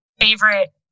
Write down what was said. favorite